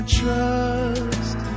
trust